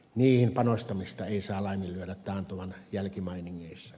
niihin panostamista ei saa laiminlyödä taantuman jälkimainingeissa